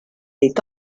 est